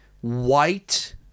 white